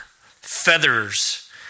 feathers